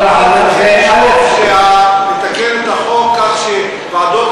אנחנו צריכים לשאוף לתקן את החוק כך שוועדות